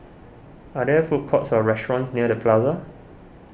are there food courts or restaurants near the Plaza